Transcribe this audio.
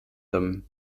them